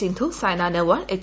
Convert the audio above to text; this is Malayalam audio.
സിന്ധു സൈന നെഹ്വാൾ എച്ച്